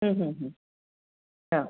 हो